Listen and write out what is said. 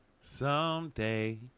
Someday